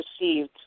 received